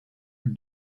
and